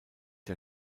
der